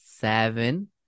seven